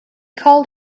called